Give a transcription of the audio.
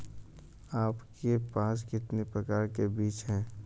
आपके पास कितने प्रकार के बीज हैं?